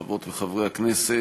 חברות וחברי הכנסת,